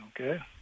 Okay